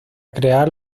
crear